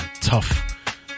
tough